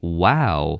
wow